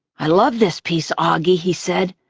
i love this piece, auggie, he said.